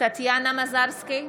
טטיאנה מזרסקי,